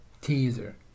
teaser